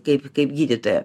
kaip kaip gydytoja